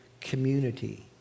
community